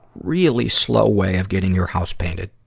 really slow way of getting your house painted.